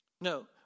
No